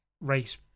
race